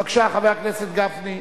בבקשה, חבר הכנסת גפני.